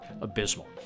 abysmal